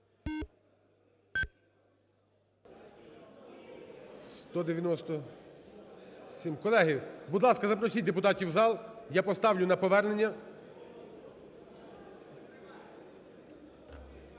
Колеги, будь ласка, запросіть депутатів в зал, я поставлю на повернення.